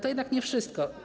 To jednak nie wszystko.